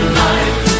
life